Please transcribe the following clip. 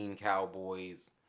Cowboys